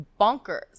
bonkers